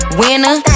winner